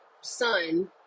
son